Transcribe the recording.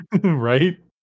Right